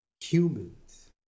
humans